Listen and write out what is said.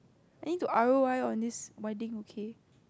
I need to R_O_I on this wedding okay